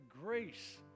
grace